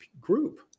group